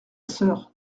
sœur